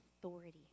authority